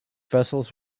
vessels